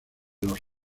los